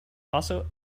also